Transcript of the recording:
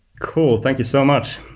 cool. thank you so much!